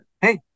hey